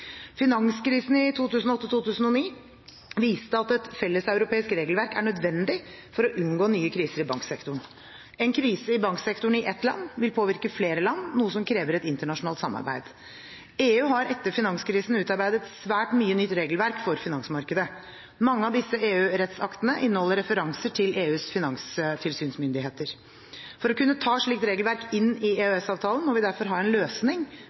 Finanskrisen i 2008–2009 viste at et felles europeisk regelverk er nødvendig for å unngå nye kriser i banksektoren. En krise i banksektoren i ett land vil påvirke flere land, noe som krever et internasjonalt samarbeid. EU har etter finanskrisen utarbeidet svært mye nytt regelverk for finansmarkedet. Mange av disse EU-rettsaktene inneholder referanser til EUs finanstilsynsmyndigheter. For å kunne ta slikt regelverk inn i EØS-avtalen må vi derfor ha en løsning